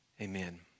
Amen